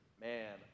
man